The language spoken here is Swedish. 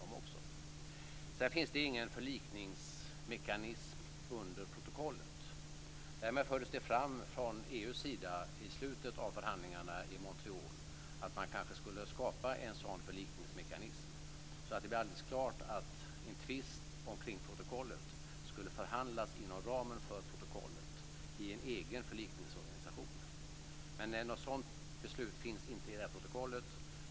För det andra finns det ingen förlikningsmekanism under protokollet. Däremot fördes det fram från EU:s sida, vid slutet av förhandlingarna i Montreal, att man kanske skulle skapa en sådan förlikningsmekanism så att det blir alldeles klart att en tvist omkring protokollet skulle förhandlas inom ramen för protokollet i en egen förlikningsorganisation. Något sådant beslut finns dock inte i det här protokollet.